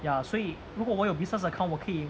ya 所以如果我有 business account 我可以